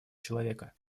человека